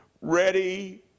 ready